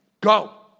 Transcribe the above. Go